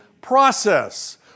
process